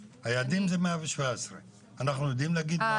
היעדים זה 117,000. אנחנו יודעים להגיד מה הצורך?